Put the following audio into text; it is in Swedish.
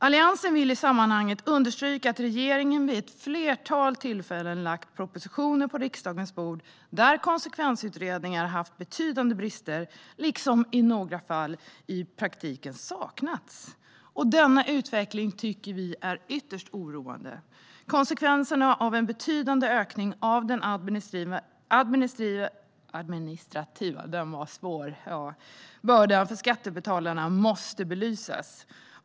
Alliansen vill i sammanhanget understryka att regeringen vid ett flertal tillfällen lagt propositioner på riksdagens bord där konsekvensutredningar har haft betydande brister eller i några fall i praktiken saknats. Denna utveckling är ytterst oroande. Konsekvenserna av en betydande ökning av den administrativa bördan för skattebetalarna måste belysas.